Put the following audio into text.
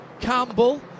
Campbell